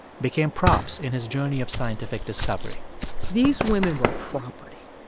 became props in his journey of scientific discovery these women were property.